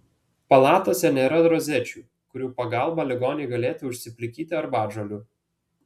palatose nėra rozečių kurių pagalba ligoniai galėtų užsiplikyti arbatžolių